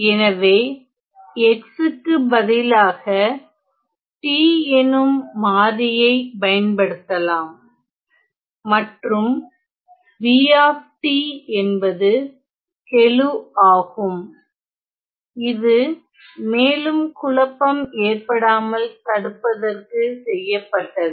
எனவே x க்கு பதிலாக t எனும் மாறியை பயன்படுத்தலாம் மற்றும் b என்பது கெழு ஆகும் இது மேலும் குழப்பம் ஏற்படாமல் தடுப்பதற்கு செய்யப்பட்டது